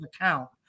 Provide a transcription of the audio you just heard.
account